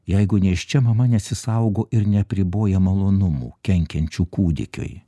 jeigu nėščia mama nesisaugo ir neapriboja malonumų kenkiančių kūdikiui